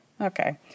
okay